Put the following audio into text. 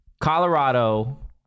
Colorado